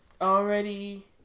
already